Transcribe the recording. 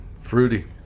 Fruity